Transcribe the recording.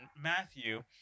Matthew